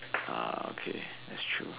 uh okay that's true